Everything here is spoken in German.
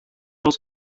aus